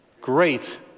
great